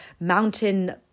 mountain